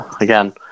again